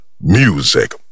music